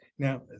Now